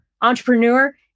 entrepreneur